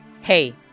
Hey